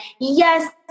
yes